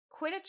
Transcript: Quidditch